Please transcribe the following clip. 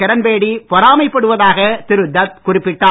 கிரண்பேடி பொறாமைப் படுவதாக திரு தத் குறிப்பிட்டார்